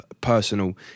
personal